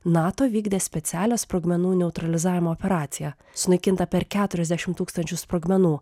nato vykdė specialią sprogmenų neutralizavimo operaciją sunaikinta per keturiasdešimt tūkstančių sprogmenų